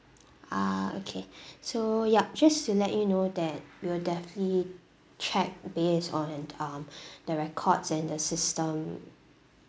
ah okay so ya just to let you know that we will definitely check based on um the records and the system